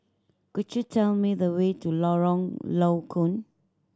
could you tell me the way to Lorong Low Koon